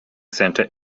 centre